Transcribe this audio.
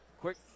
Quick